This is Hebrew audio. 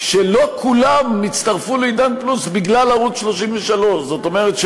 שלא כולם הצטרפו ל"עידן פלוס" בגלל ערוץ 33. זאת אומרת,